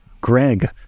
Greg